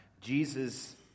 Jesus